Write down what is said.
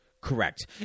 Correct